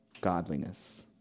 godliness